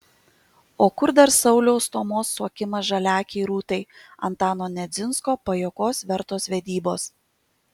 o kur dar sauliaus stomos suokimas žaliaakei rūtai antano nedzinsko pajuokos vertos vedybos